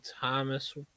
Thomas